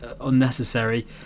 unnecessary